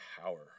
power